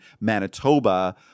Manitoba